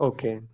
Okay